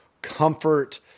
comfort